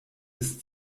ist